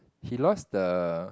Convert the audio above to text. he lost the